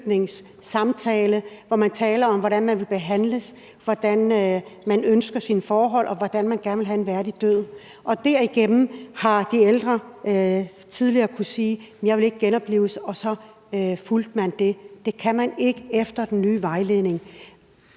hvor man taler om, hvordan man vil behandles, hvordan man ønsker sine forhold, og hvordan man gerne vil have en værdig død. Og derigennem har de ældre tidligere kunnet sige: Jeg vil ikke genoplives. Og så fulgte man det. Det kan man ikke efter den nye vejledning.